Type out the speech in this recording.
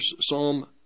Psalm